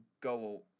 go